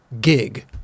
gig